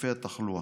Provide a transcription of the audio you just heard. היקפי התחלואה.